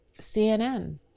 CNN